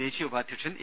ദേശീയ ഉപാധ്യക്ഷൻ എ